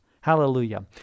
Hallelujah